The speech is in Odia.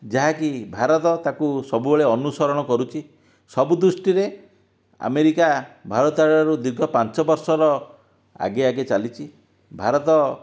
ଯାହାକି ଭାରତ ତାକୁ ସବୁବେଳେ ଅନୁସରଣ କରୁଛି ସବୁ ଦୃଷ୍ଟିରେ ଆମେରିକା ଭାରତରୁ ଦୀର୍ଘ ପାଞ୍ଚ ବର୍ଷର ଆଗେ ଆଗେ ଚାଲିଛି ଭାରତ